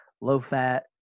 low-fat